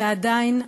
שעדיין,